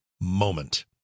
moment